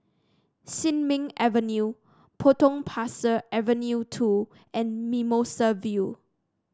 Sin Ming Avenue Potong Pasir Avenue two and Mimosa View